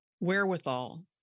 wherewithal